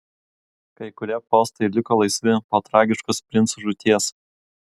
kai kurie postai liko laisvi po tragiškos princų žūties